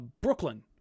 brooklyn